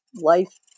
life